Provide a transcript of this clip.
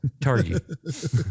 target